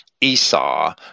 Esau